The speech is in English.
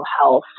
health